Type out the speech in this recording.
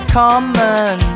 common